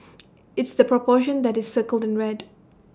it's the proportion that is circled in red